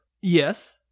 Yes